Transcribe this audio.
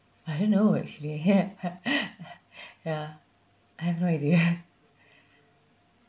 I don't know actually ya I have no idea